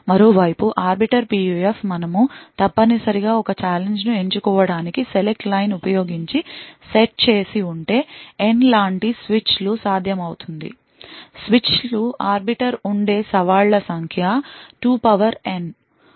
మరోవైపు arbiter PUF మనము తప్పనిసరిగా ఒక ఛాలెంజ్ ఎంచుకోవడానికి select line ఉపయోగించి సెట్ చేసి ఉంటే N లాంటి స్విచ్లు సాధ్యమవుతుంది స్విచ్లు ఆర్బిటర్ ఉండే సవాళ్ల సంఖ్య 2N